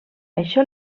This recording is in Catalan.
això